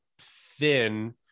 thin